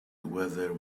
whether